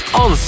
on